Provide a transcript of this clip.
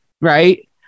right